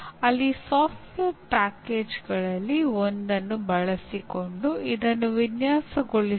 ಈಗ ಈ ಘಟಕದ ಅಂತ್ಯಕ್ಕೆ ಬರುತ್ತಿದ್ದೇವೆ